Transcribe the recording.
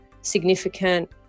significant